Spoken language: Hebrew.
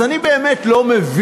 אז אני באמת לא מבין,